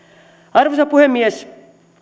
arvoisa puhemies